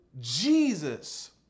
Jesus